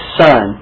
son